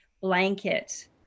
blanket